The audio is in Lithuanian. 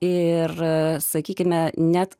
ir sakykime net